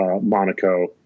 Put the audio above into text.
monaco